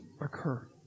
occur